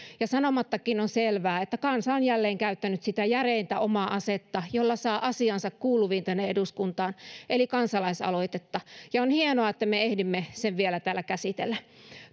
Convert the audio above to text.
ja sanomattakin on selvää että kansa on jälleen käyttänyt sitä järeintä omaa asetta jolla saa asiansa kuuluviin tänne eduskuntaan eli kansalaisaloitetta ja on hienoa että me ehdimme sen vielä täällä käsitellä